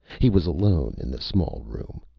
he was alone in the small room.